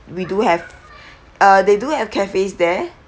we do have uh they do have cafes there